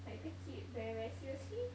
like take it very very seriously